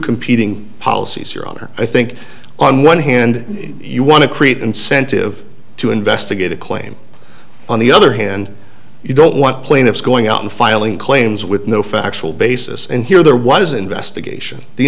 competing policies your honor i think on one hand you want to create incentive to investigate a claim on the other hand you don't want plaintiffs going out and filing claims with no factual basis and here there was an investigation the